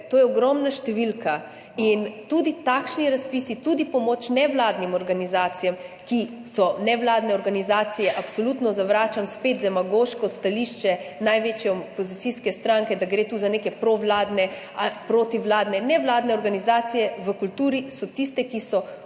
To je ogromna številka. In tudi takšni razpisi, tudi pomoč nevladnim organizacijam, ki so nevladne organizacije, absolutno zavračam, spet demagoško stališče največje opozicijske stranke, da gre tu za neke provladne ali protivladne. Nevladne organizacije v kulturi so tiste, ki so ocenjene